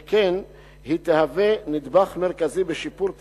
שכן היא תהווה נדבך מרכזי בשיפור תפקודן.